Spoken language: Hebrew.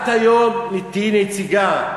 את היום תהיי נציגה,